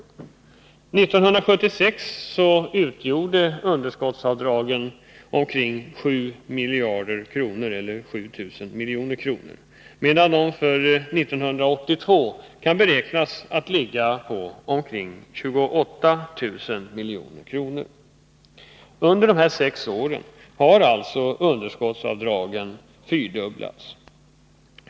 1976 utgjorde underskottsavdragen omkring 7 000 milj.kr., medan de för 1982 beräknas uppgå till omkring 28 000 milj.kr. Under dessa sex år har alltså underskottsavdragen fyrdubblats.